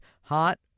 hot